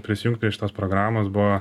prisijungt prie šitos programos buvo